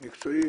המקצועי,